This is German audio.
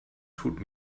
tut